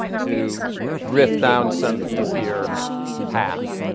to drift down some easier path.